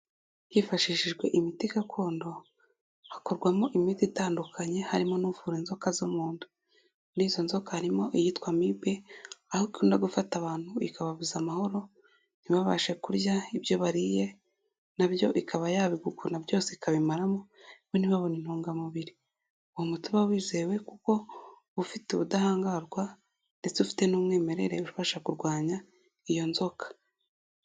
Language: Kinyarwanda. Hifashishijwe imiti gakondo hakorwamo imiti itandukanye harimo n'uvura inzoka zo mu nda. Muri izo nzoka harimo iyitwa amibe aho ikunda gufata abantu ikababuza amahoro ntibabashe kurya n'ibyo bariye na byo ikaba yabiguguna byose ikabimaramo ntibabona intungamubiri. Uwo muti uba wizewe kuko ufite ubudahangarwa ndetse ufite n'umwimerere ufasha kurwanya iyo nzoka.